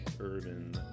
urban